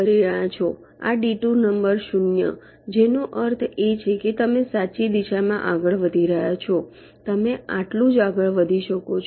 આ detour number શૂન્ય જેનો અર્થ એ છે કે તમે સાચી દિશામાં આગળ વધી રહ્યા છો તમે આટલું જ આગળ વધી શકો છો